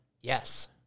Yes